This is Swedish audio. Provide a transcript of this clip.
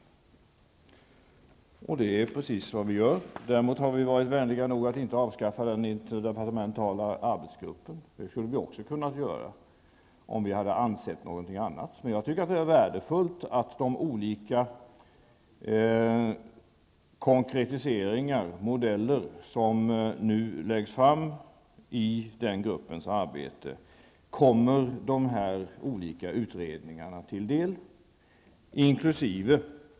Det är precis vad vi gör. Däremot har vi varit vänliga nog att inte avskaffa den interdepartementala arbetsgruppen. Det skulle vi också ha kunnat göra om vi hade ansett något annat. Jag tycker dock att det är värdefullt att de olika konkretiseringar och modeller som nu läggs fram i den gruppens arbete kommer de olika utredningarna till del, inkl.